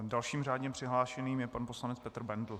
Dalším řádně přihlášeným je pan poslanec Petr Bendl.